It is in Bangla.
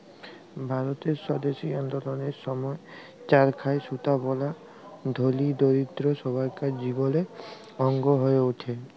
ভারতের স্বদেশী আল্দললের সময় চরখায় সুতা বলা ধলি, দরিদ্দ সব্বাইকার জীবলের অংগ হঁয়ে উঠে